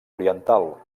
oriental